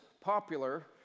popular